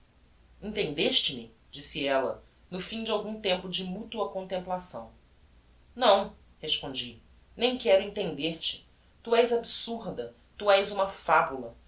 seres entendeste me disse ella no fim de algum tempo de mutua contemplação não respondi nem quero entender te tu és absurda tu és uma fabula